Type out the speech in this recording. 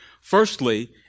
Firstly